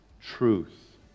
truth